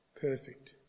perfect